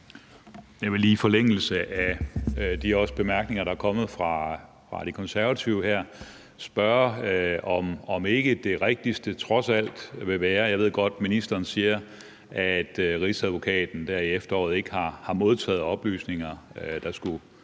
Jeg vil også lige i forlængelse af de bemærkninger, der er kommet fra De Konservative her, spørge: Jeg ved godt, at ministeren siger, at Rigsadvokaten i efteråret ikke havde modtaget oplysninger, der skulle